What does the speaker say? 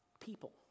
people